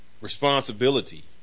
responsibility